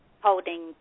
holding